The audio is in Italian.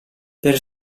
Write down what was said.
per